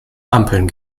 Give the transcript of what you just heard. ampeln